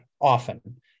often